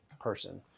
person